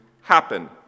happen